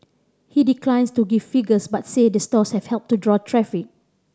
he declines to give figures but say the stores have helped to draw traffic